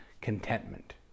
contentment